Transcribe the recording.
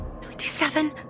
Twenty-seven